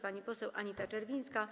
Pani poseł Anita Czerwińska.